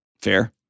Fair